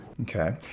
Okay